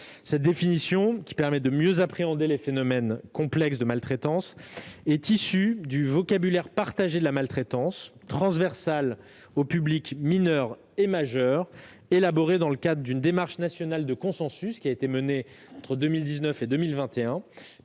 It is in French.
telle définition, permettant de mieux appréhender les phénomènes complexes de maltraitance, est issue du vocabulaire partagé de la maltraitance, transversal aux publics mineurs et majeurs. Elle a été élaborée dans le cadre d'une démarche nationale de consensus menée de 2019 à 2021